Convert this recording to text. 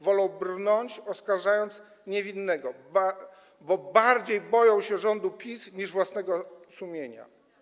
Wolą brnąć, oskarżając niewinnego, bo bardziej boją się rządu PiS niż własnego sumienia.